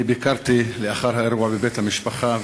אני ביקרתי לאחר האירוע בבית המשפחה,